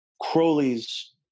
Crowley's